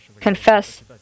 confess